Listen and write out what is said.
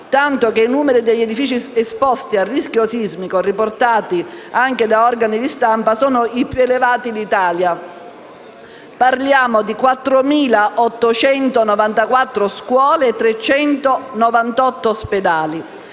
tanto che il numero degli edifici esposti al rischio sismico, come riportato anche da organi di stampa, è il più elevato d'Italia: parliamo di 4.894 scuole e 398 ospedali.